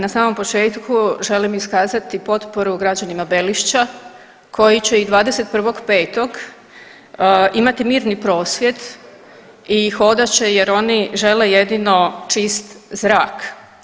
Na samom početku želim iskazati potporu građanima Belišća koji će i 21.5. imati mirni prosvjed i hodat će jer oni žele jedino čist zrak.